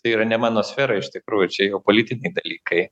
tai yra ne mano sfera iš tikrųjų čia jau politiniai dalykai